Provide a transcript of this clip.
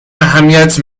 اهمیت